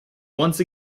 once